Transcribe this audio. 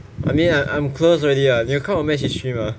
anyway I I'm close already ah 你有看我们一起去吗